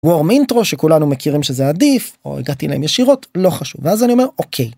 וורם אינטרו שכולנו מכירים שזה עדיף. או הגעתי אליהם ישירות לא חשוב. ואז אני אומר אוקיי.